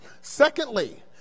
Secondly